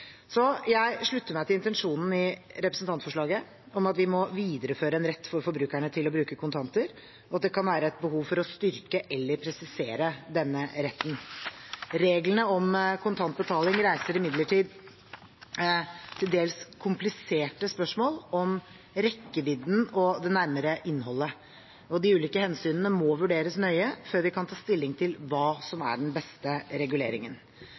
Jeg slutter meg til intensjonen i representantforslaget om at vi må videreføre en rett for forbrukerne til å bruke kontanter, og at det kan være et behov for å styrke eller presisere denne retten. Reglene om kontantbetaling reiser imidlertid til dels kompliserte spørsmål om rekkevidden og det nærmere innholdet, og de ulike hensynene må vurderes nøye før vi kan ta stilling til hva som er den beste reguleringen.